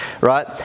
right